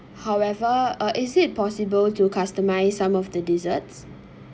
however uh is it possible to customize some of the desserts